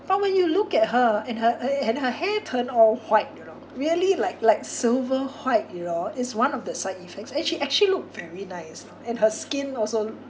but when you look at her and her and her hair turned all white you know really like like silver white you know it's one of the side effects and she actually looked very nice and her skin also